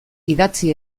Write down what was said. idatzi